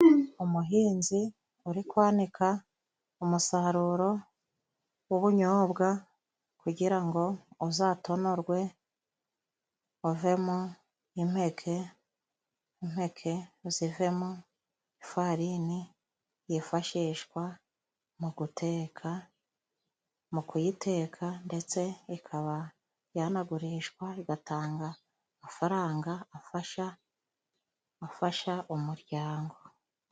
Umuhinzi uri kwanika umusaruro w'ubunyobwa, kugira ngo uzatonorwe uvemo impeke impeke zivemo ifarini yifashishwa mu guteka mu kuyiteka ndetse ikaba yanagurishwa, igatanga amafaranga afasha afasha umuryango.